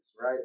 right